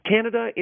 Canada